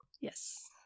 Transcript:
Yes